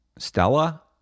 Stella